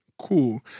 Cool